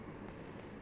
!huh!